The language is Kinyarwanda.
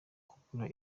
kugura